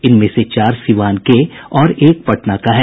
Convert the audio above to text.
इनमें से चार सिवान के और एक पटना का है